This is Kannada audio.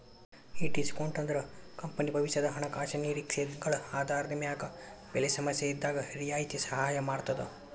ಈ ಡಿಸ್ಕೋನ್ಟ್ ಅಂದ್ರ ಕಂಪನಿ ಭವಿಷ್ಯದ ಹಣಕಾಸಿನ ನಿರೇಕ್ಷೆಗಳ ಆಧಾರದ ಮ್ಯಾಗ ಬೆಲೆ ಸಮಸ್ಯೆಇದ್ದಾಗ್ ರಿಯಾಯಿತಿ ಸಹಾಯ ಮಾಡ್ತದ